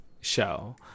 show